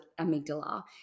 amygdala